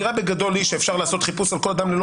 בגדול האמירה היא שאפשר לעשות חיפוש על כל אדם ללא